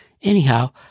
Anyhow